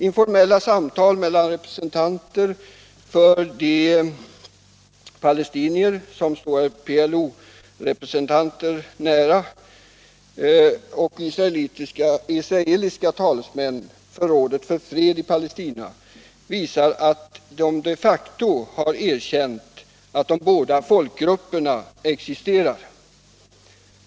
Informella samtal mellan representanter för de palestinier som står PLO-ledaren Yasser Arafat nära och israeliska talesmän för Rådet för fred i Palestina visar att ett defacto-erkännande av de båda folkgrupperna redan existerar.